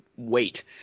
Wait